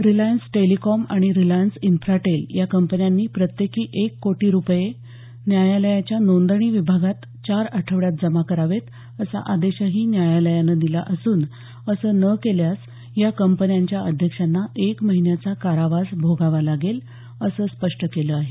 Reliance Telecom आणि Reliance Infratel या कंपन्यांनी प्रत्येकी एक कोटी रुपये न्यायालयाच्या नोंदणी विभागात चार आठवड्यात जमा करावेत असा आदेशही न्यायालयानं दिला असून असं न केल्यास या कंपन्यांच्या अध्यक्षांना एक महिन्याचा कारावास भोगावा लागेल असं स्पष्ट केलं आहे